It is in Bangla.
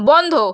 বন্ধ